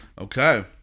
Okay